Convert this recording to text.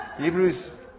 Hebrews